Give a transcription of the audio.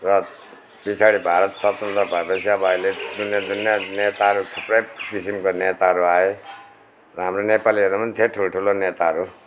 र पछाडि भारत स्वतन्त्र भएपछि अब अहिले जुनियर जुनियर नेताहरू थुप्रै किसिमको नेताहरू आए हाम्रो नेपालीहरू पनि थिए ठुल्ठुलो नेताहरू